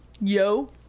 yo